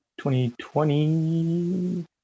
2020